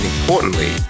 importantly